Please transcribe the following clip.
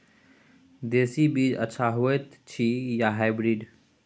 देसी बीज अच्छा होयत अछि या हाइब्रिड?